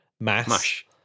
mash